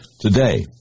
today